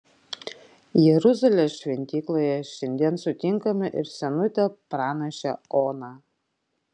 jeruzalės šventykloje šiandien sutinkame ir senutę pranašę oną